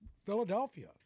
Philadelphia